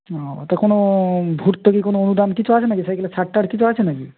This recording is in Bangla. ও ওতে কোনো ভর্তুকি কোনো অনুদান কিছু আছে না কি সাইকেলে ছাড় টার কিছু আছে না কি